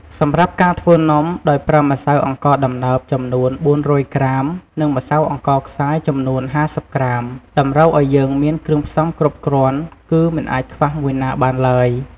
សម្រាប់ការធ្វើនំ ដោយប្រើម្សៅអង្ករដំណើបចំនួន៤០០ក្រាម និងម្សៅអង្ករខ្សាយចំនួន៥០ក្រាម តម្រូវឱ្យយើងមានគ្រឿងផ្សំគ្រប់គ្រាន់ គឺមិនអាចខ្វះមួយណាបានហើយ។